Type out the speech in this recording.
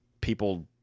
people